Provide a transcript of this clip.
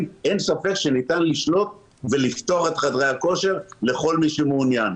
אין ספק שניתן לשלוט ולפתוח את חדרי הכושר לכל מי שמעוניין.